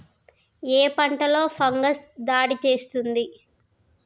ఏ పంటలో ఫంగస్ దాడి చేస్తుంది?